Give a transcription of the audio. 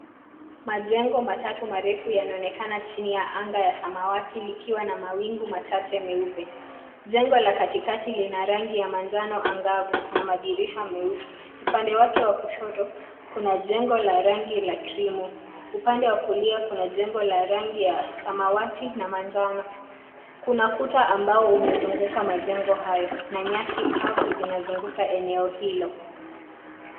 Majengo matatu marefu yanaonekana chini ya anga ya samawati likiwa na wawingu machache meupe. Jengo la katikati lina rangi ya manjano angavu na madirisha meusi. Upande wake wa kushoto, kuna jengo la rangi ya krimu. Upande wa kulia kuna jengo la rangi ya samawati na manjano. Kuna kuta ambao umezunguka majengo hayo na nyasi kavu zinazunguka eneo hilo.